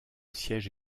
siège